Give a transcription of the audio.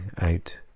out